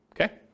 Okay